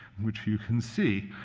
which you can see.